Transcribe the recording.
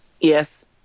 Yes